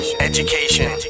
education